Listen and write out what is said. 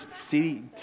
see